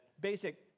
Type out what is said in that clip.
basic